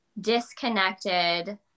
disconnected